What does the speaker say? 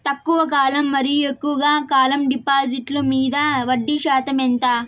తక్కువ కాలం మరియు ఎక్కువగా కాలం డిపాజిట్లు మీద వడ్డీ శాతం ఎంత?